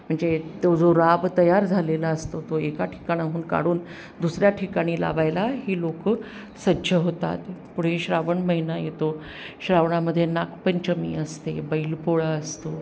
म्हणजे तो जो राब तयार झालेला असतो तो एका ठिकाणाहून काढून दुसऱ्या ठिकाणी लावायला ही लोकं सज्ज होतात पुढे श्रावण महिना येतो श्रावणामध्ये नागपंचमी असते बैलपोळा असतो